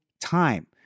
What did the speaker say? time